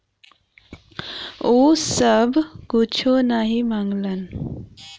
उ सब कुच्छो नाही माँगलन